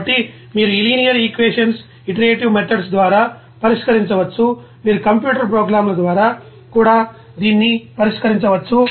కాబట్టి మీరు ఈలినియర్ ఈక్వేషన్స్ ఇటురటివ్ మేథోడ్స్ ద్వారా పరిష్కరించవచ్చు మీరు కంప్యూటర్ ప్రోగ్రామ్ల ద్వారా కూడా దీన్ని పరిష్కరించవచ్చు